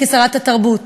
כשרת התרבות,